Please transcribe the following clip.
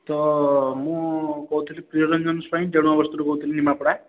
ତ ମୁଁ କହୁଥିଲି ପ୍ରିୟରଞ୍ଜନ ସ୍ୱାଇଁ ଡେଣୁଆବସ୍ତରୁ କହୁଥିଲି ନିମାପଡ଼ା